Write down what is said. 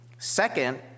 Second